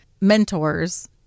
mentors